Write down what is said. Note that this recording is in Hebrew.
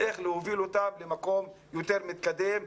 איך להוביל אותם למקום מתקדם יותר.